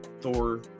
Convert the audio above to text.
thor